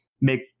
make